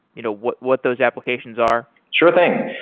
you know what what those applications are? sure thing.